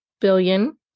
billion